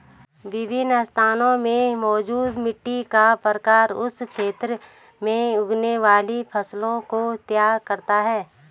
विभिन्न स्थानों में मौजूद मिट्टी का प्रकार उस क्षेत्र में उगने वाली फसलों को तय करता है